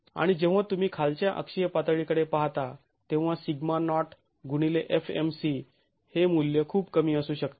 आणि जेव्हा तुम्ही खालच्या अक्षीय पातळीकडे पाहता तेव्हा सिग्मा नॉट गुणिले fmc हे मूल्य खूप कमी असू शकते